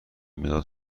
مداد